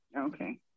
okay